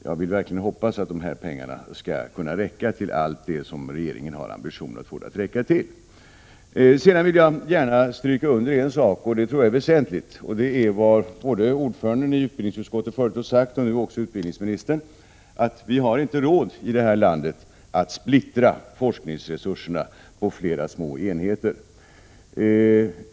Jag hoppas verkligen att pengarna skall räcka till allt det som regeringen har ambitionen att få dem att räcka till. Jag vill gärna stryka under en sak, och det tror jag är väsentligt. Det gäller det både ordföranden i utbildningsutskottet förut har sagt och som även utbildningsministern nu nämnde, att vi inte har råd i detta land att splittra — Prot. 1986/87:131 forskningsresurserna på flera små enheter.